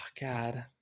god